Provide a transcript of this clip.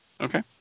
Okay